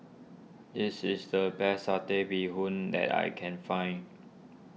this is the best Satay Bee Hoon that I can find